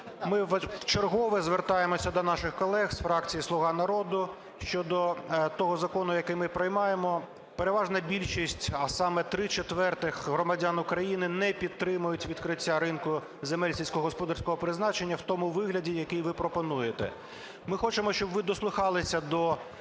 ми вчергове звертаємося до наших колег з фракції "Слуга народу" щодо того закону, який ми приймаємо. Переважна більшість, а саме три четвертих громадян України, не підтримують відкриття ринку земель сільськогосподарського призначення в тому вигляді, який ви пропонуєте. Ми хочемо, щоб ви дослухалися до